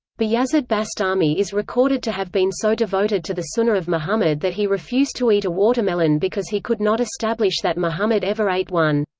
bayazid bastami is recorded to have been so devoted to the sunnah of muhammad that he refused to eat a watermelon because he could not establish that muhammad ever ate one.